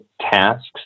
tasks